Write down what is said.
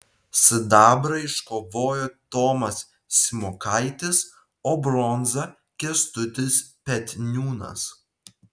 sidabrą iškovojo tomas simokaitis o bronzą kęstutis petniūnas